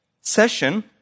session